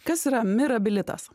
kas yra mirabilitas